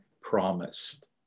promised